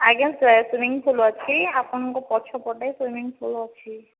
ଆଜ୍ଞା sir swimming pool ଅଛି ଆପଣଙ୍କ ପଛ ପଟେ ସୁଇମିଂ ପୁଲ୍ ଅଛି